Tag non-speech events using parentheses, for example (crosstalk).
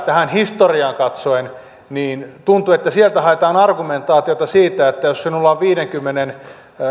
(unintelligible) tähän historiaan katsoen niin tuntuu että sieltä haetaan argumentaatiota siitä että jos sinulla on viidenkymmenen